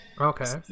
Okay